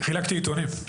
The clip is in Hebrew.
חילקתי עיתונים.